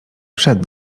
przed